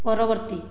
ପରବର୍ତ୍ତୀ